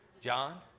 John